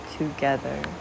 Together